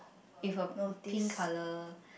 with a pink color